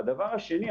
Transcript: על סעיף נפשי מהצבא,